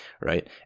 right